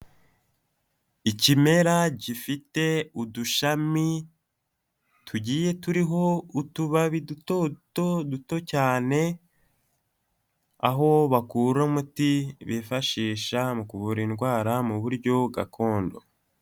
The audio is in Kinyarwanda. Ikimera gifite udushami tugiye turiho utubabi duto duto, duto cyane, aho bakura umuti bifashisha mu kuvura indwara mu buryo gakondo.